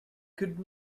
could